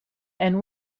and